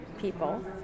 people